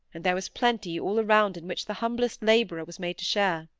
and there was plenty all around in which the humblest labourer was made to share.